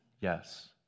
yes